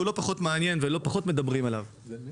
שהוא לא פחות מעניין ומדברים עליו לא פחות.